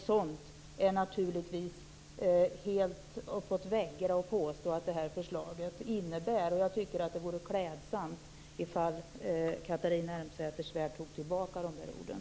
Det är naturligtvis helt uppåt väggarna att påstå att det här förslaget skulle innebära detta. Jag tycker att det vore klädsamt om Catharina Elmsäter-Svärd tog tillbaka de orden.